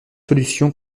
solution